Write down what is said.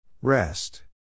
Rest